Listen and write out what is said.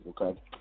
okay